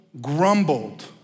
grumbled